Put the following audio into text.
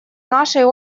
нашей